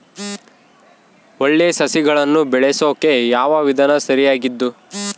ಒಳ್ಳೆ ಸಸಿಗಳನ್ನು ಬೆಳೆಸೊಕೆ ಯಾವ ವಿಧಾನ ಸರಿಯಾಗಿದ್ದು?